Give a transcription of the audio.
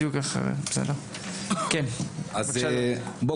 חבר הכנסת טור פז, אחריו.